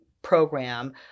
program